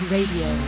Radio